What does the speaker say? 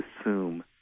assume